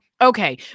Okay